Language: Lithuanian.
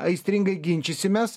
aistringai ginčysimės